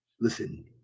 listen